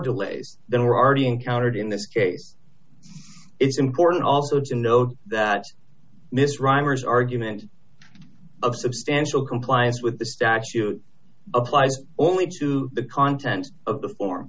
delays than were already encountered in this case it's important also to note that miss reimers argument of substantial compliance with the statute applies only to the content of the for